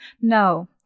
No